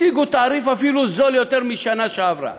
השיגו תעריף אפילו זול יותר מבשנה שעברה.